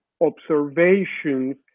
observations